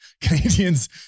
Canadians